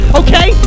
okay